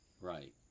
Right